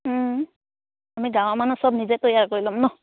আমি গাঁৱৰ মানুহ চব নিজে তৈয়াৰ কৰি ল'ম ন